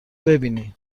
ببینی